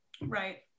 right